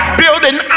building